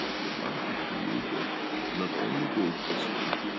the light of creator not only goes this way,